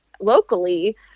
locally